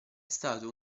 stato